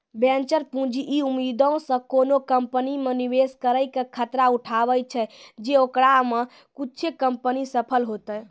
venture पूंजी इ उम्मीदो से कोनो कंपनी मे निवेश करै के खतरा उठाबै छै जे ओकरा मे कुछे कंपनी सफल होतै